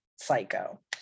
psycho